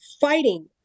fighting